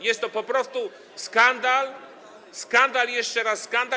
Jest to po prostu skandal, skandal i jeszcze raz skandal.